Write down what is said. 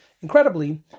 Incredibly